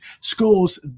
schools